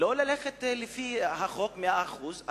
לא ללכת לפי החוק מאה אחוז.